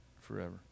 forever